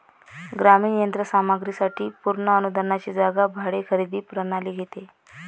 ग्रामीण यंत्र सामग्री साठी पूर्ण अनुदानाची जागा भाडे खरेदी प्रणाली घेते